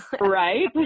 Right